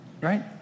right